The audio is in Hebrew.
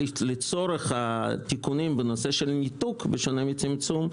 לצורך התיקונים בנושא ניתוק בשונה מצמצום,